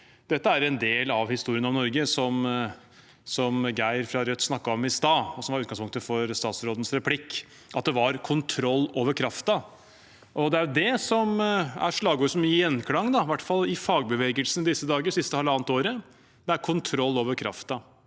Dette er en del av historien om Norge, som Geir Jørgensen fra Rødt snakket om i stad, og som var utgangspunktet for statsrådens replikk – at det var kontroll over kraften. Det er det som er slagordet som gir gjenklang, i hvert fall i fagbevegelsen i disse dager, det siste halvannet året: kontroll over kraften